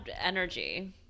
energy